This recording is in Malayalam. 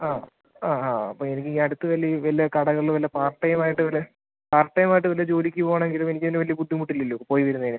ആ ആ ആ അപ്പോൾ എനിക്കീ അടുത്ത് വലിയ വല്ല കടകളിൽ വല്ല പാർട്ട് ടൈമായിട്ട് വല്ല പാർട്ട് ടൈമായിട്ട് വല്ല ജോലിക്ക് പോണെങ്കിലും എനിക്കതിന് വലിയ ബുദ്ധിമുട്ടില്ലല്ലോ പോയി വരുന്നതിന്